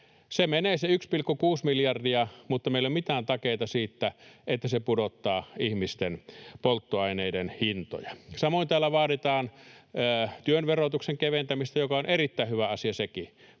Se 1,6 miljardia menee, mutta meillä ei ole mitään takeita siitä, että se pudottaa ihmisten polttoaineiden hintoja. Samoin täällä vaaditaan työn verotuksen keventämistä, joka on erittäin hyvä asia sekin,